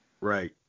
Right